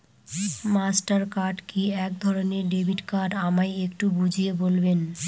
Master card কি একধরণের debit card আমায় একটু বুঝিয়ে বলবেন?